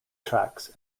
tracks